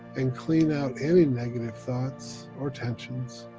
and clean out any negative thoughts or tensions.